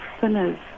sinners